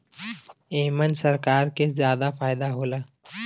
एमन सरकार के जादा फायदा होला